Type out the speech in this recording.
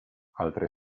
altre